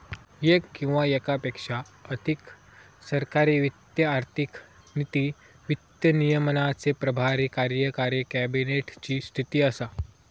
येक किंवा येकापेक्षा अधिक सरकारी वित्त आर्थिक नीती, वित्त विनियमाचे प्रभारी कार्यकारी कॅबिनेट ची स्थिती असा